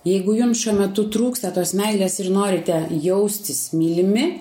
jeigu jum šiuo metu trūksta tos meilės ir norite jaustis mylimi